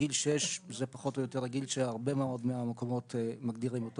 גיל שש זה פחות או יותר הגיל שהרבה מאוד מהמקומות מגדירים אותו